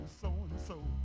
so-and-so